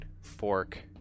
fork